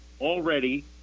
already